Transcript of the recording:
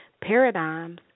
paradigms